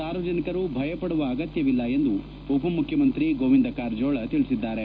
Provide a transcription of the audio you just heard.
ಸಾರ್ವಜನಿಕರು ಭಯಪಡುವ ಅಗತ್ತವಿಲ್ಲ ಎಂದು ಉಪಮುಖ್ಯಮಂತ್ರಿ ಗೋವಿಂದ ಕಾರಜೋಳ ತಿಳಿಸಿದ್ದಾರೆ